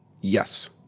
yes